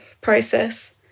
process